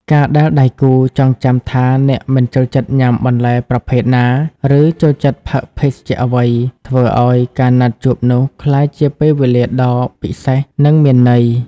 ការដែលដៃគូចងចាំថាអ្នកមិនចូលចិត្តញ៉ាំបន្លែប្រភេទណា ឬចូលចិត្តផឹកភេសជ្ជៈអ្វី ធ្វើឱ្យការណាត់ជួបនោះក្លាយជាពេលវេលាដ៏ពិសេស និងមានន័យ។